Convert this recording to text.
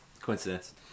coincidence